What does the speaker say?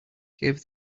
gave